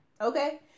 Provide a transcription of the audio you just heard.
okay